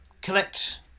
collect